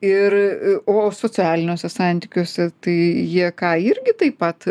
ir o socialiniuose santykiuose tai jie ką irgi taip pat